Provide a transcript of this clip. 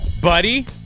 buddy